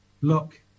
look